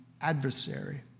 adversary